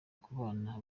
kubana